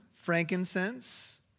frankincense